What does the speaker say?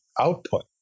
output